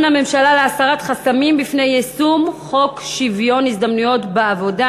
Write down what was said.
הממשלה בהסרת חסמים ביישום חוק שוויון ההזדמנויות בעבודה.